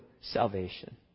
salvation